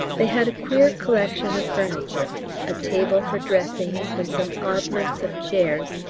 they had a queer collection of furniture a table for dressings, and some oddments of chairs,